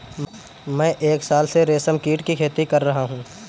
मैं एक साल से रेशमकीट की खेती कर रहा हूँ